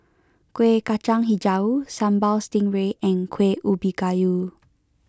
Kuih Kacang HiJau Sambal Stingray and Kuih Ubi Kayu